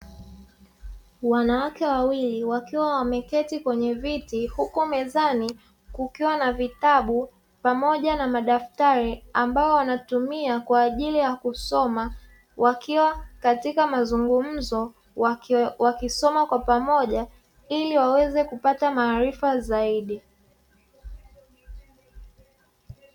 Wanawake wawili wakiwa wameketi kwenye viti huku mezani kukiwa na vitabu pamoja na madaftari ambayo wanatumia kwaajili ya kusoma wakiwa katika mazungumzo wakisoma kwa pamoja ili waweze kupata maarifa zaidi.